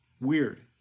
Weird